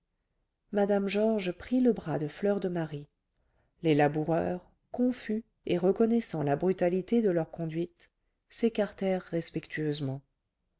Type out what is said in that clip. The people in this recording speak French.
mme georges prit le bras de fleur de marie les laboureurs confus et reconnaissant la brutalité de leur conduite s'écartèrent respectueusement